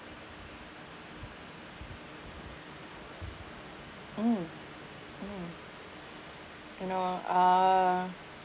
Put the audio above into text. mm mm you know uh